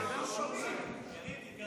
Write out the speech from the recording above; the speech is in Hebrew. זאת לא רפורמה, יריב.